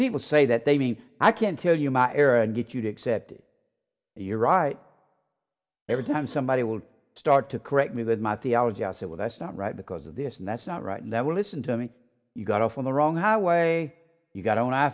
people say that they mean i can tell you my error and get you to accept it you're right every time somebody will start to correct me with my theology i said well that's not right because of this and that's not right and that will listen to me you got off on the wrong how way you got on i